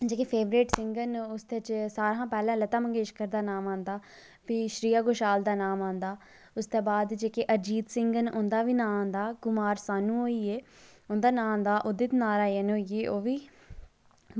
मेरे जेह्ड़े favourite singer न उसदे च सब तू पैह्लें लता मंगेशकर दा नाम आंदा ते श्रेया घोषाल दा नाम आंदा ते उसदे बाद जेह्के अजीत सिंह न उंदा बी नाम आंदा ऐ कुमार सानू होइये उंदा नांऽ आंदा फदित नारायण होइये ओह्बी